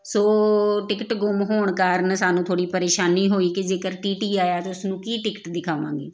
ਸੋ ticket ਗੁੰਮ ਹੋਣ ਕਾਰਨ ਸਾਨੂੰ ਥੋੜ੍ਹੀ ਪਰੇਸ਼ਾਨੀ ਹੋਈ ਕਿ ਜੇਕਰ ਟੀ ਟੀ ਆਇਆ ਤਾਂ ਉਸਨੂੰ ਕੀ ਟਿਕਟ ਦਿਖਾਵਾਂਗੇ